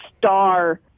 star